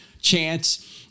chance